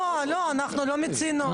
לא, אנחנו לא מיצינו.